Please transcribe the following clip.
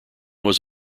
was